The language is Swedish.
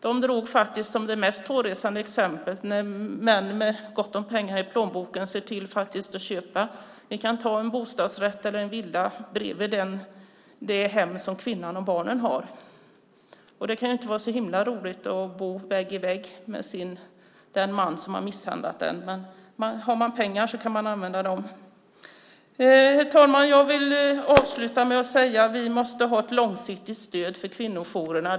De tog som det mest hårresande exemplet hur män med gott om pengar i plånboken ser till att köpa en bostadsrätt eller en villa bredvid kvinnans och barnens hem. Det kan ju inte vara så himla roligt att bo vägg i vägg med den man som har misshandlat en. Men den som har pengar kan använda dem. Herr talman! Jag vill avsluta med att säga att vi måste ge ett långsiktigt stöd till kvinnojourerna.